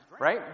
Right